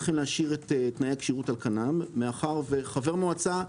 להשאיר את תנאי הכשירות על כנם מאחר שחבר מועצה,